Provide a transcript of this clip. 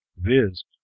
Viz